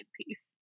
piece